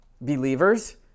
believers